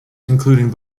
including